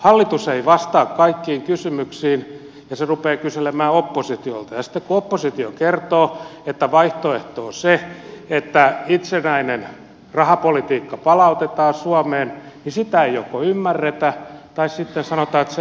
hallitus ei vastaa kaikkiin kysymyksiin ja se rupeaa kyselemään oppositiolta ja sitten kun oppositio kertoo että vaihtoehto on se että itsenäinen rahapolitiikka palautetaan suomeen niin sitä ei joko ymmärretä tai sitten sanotaan että se ei ole vaihtoehto